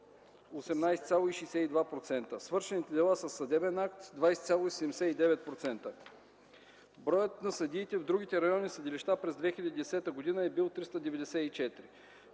18,62%), свършените дела със съдебен акт – с 20.79%. Броят на съдиите в другите районни съдилища през 2010 г. е бил 394.